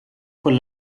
con